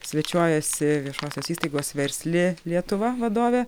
svečiuojasi viešosios įstaigos versli lietuva vadovė